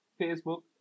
Facebook